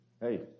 Hey